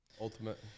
ultimate